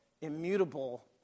immutable